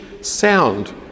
sound